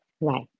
right